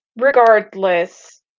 Regardless